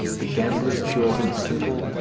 the gamblers pure and simple,